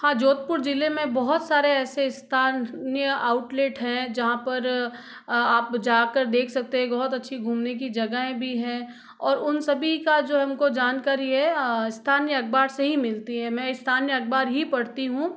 हाँ जोधपुर ज़िले में बहुत सारे ऐसे स्थान नीय आउटलेट हैं जहाँ पर आप जाकर देख सकते हैं बहुत अच्छी घूमने की जगहें भी हैं और उन सभी का जो हमको जानकारी है स्थानीय अखबार से ही मिलती है मैं स्थानीय अखबार ही पढ़ती हूँ